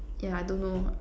ya I don't know